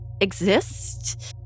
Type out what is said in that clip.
exist